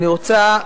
אני רוצה,